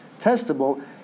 testable